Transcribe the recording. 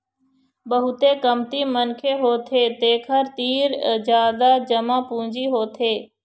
बहुते कमती मनखे होथे जेखर तीर जादा जमा पूंजी होथे